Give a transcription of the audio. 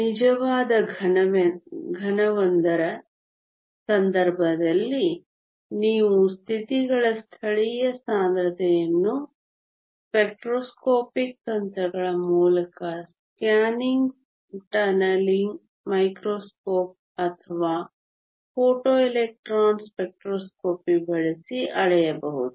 ನಿಜವಾದ ಘನವೊಂದರ ಸಂದರ್ಭದಲ್ಲಿ ನೀವು ಸ್ಥಿತಿಗಳ ಸ್ಥಳೀಯ ಸಾಂದ್ರತೆಯನ್ನು ಸ್ಪೆಕ್ಟ್ರೋಸ್ಕೋಪಿಕ್ ತಂತ್ರಗಳ ಮೂಲಕ ಸ್ಕ್ಯಾನಿಂಗ್ ಟನೆಲಿಂಗ್ ಮೈಕ್ರೋಸ್ಕೋಪ್ ಅಥವಾ ಫೋಟೋ ಎಲೆಕ್ಟ್ರಾನ್ ಸ್ಪೆಕ್ಟ್ರೋಸ್ಕೋಪಿ ಬಳಸಿ ಅಳೆಯಬಹುದು